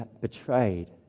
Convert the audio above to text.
betrayed